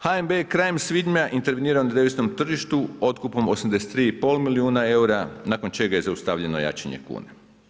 HNB je krajem svibnja interveniran na deviznom tržištu, otkupom 83,5 milijuna eura, nakon čega je zaustavljeno jačanje kuna.